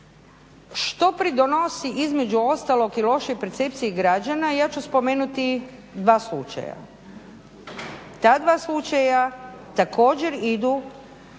Što pridonosi između ostalog i lošoj percepciji građana, ja ću spomenuti dva slučaja. Ta dva slučaja također idu